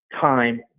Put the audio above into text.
time